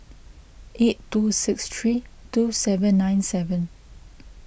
eight two six three two seven nine seven